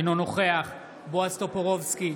אינו נוכח בועז טופורובסקי,